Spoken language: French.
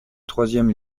troisième